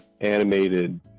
animated